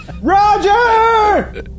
Roger